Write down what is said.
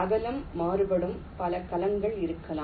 அகலம் மாறுபடும் பல கலங்கள் இருக்கலாம்